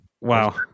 Wow